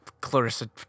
Clarissa